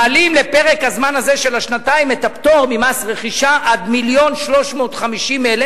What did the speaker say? מעלים לפרק הזמן הזה של השנתיים את הפטור ממס רכישה עד 1.35 מיליון.